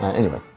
anyway,